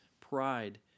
pride